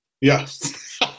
Yes